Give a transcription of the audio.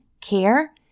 care